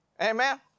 Amen